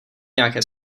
nějaké